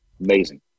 Amazing